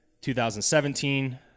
2017